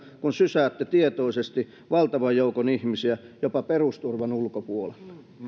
kun sysäätte tietoisesti valtavan joukon ihmisiä jopa perusturvan ulkopuolelle